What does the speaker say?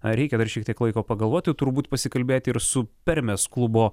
ar reikia dar šiek tiek laiko pagalvoti turbūt pasikalbėti ir su permės klubo